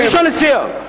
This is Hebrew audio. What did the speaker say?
ראשון-לציון.